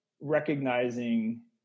recognizing